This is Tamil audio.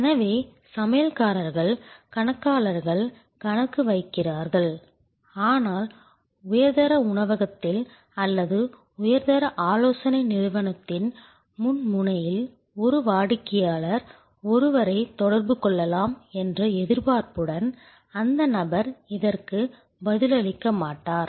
எனவே சமையல்காரர்கள் கணக்காளர்கள் கணக்கு வைக்கிறார்கள் ஆனால் உயர்தர உணவகத்தில் அல்லது உயர்தர ஆலோசனை நிறுவனத்தில் முன் முனையில் ஒரு வாடிக்கையாளர் ஒருவரைத் தொடர்பு கொள்ளலாம் என்ற எதிர்பார்ப்புடன் அந்த நபர் இதற்கு பதிலளிக்க மாட்டார்